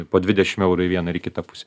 po dvidešimt eurų į vieną ir į kitą pusę